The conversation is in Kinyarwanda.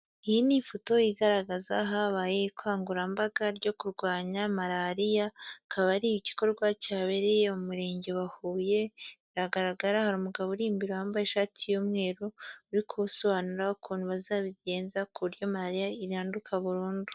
Iyi ni ifoto igaragaza habaye ikangurambaga ryo kurwanya malariya, akaba ari igikorwa cyabereye mu murenge wa Huye. Biragaragara hari umugabo uri imbere wambaye ishati y'umweru uri gusobanura ukuntu bazabigenza ku buryo malariya iranduka burundu.